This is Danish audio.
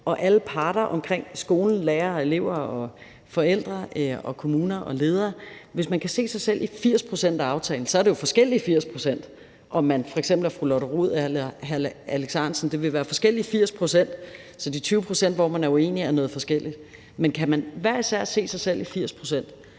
og alle parter omkring skolen – lærere og elever og forældre og kommuner og ledere – kunne se sig selv i 80 pct. af aftalen. Så er det jo forskellige 80 pct., altså om man f.eks. er fru Lotte Rod eller hr. Alex Ahrendtsen. Det vil være forskellige 80 pct. Så de 20 pct., hvor man er uenig, er noget forskelligt. Men kan man hver især se sig selv i 80 pct.,